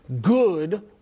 good